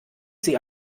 sie